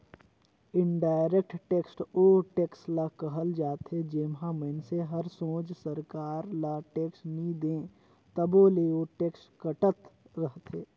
indirect tax ओ tax ल कहल जाथे जेम्हां मइनसे हर सोझ सरकार ल टेक्स नी दे तबो ले ओ टेक्स कटत रहथे